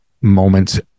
moments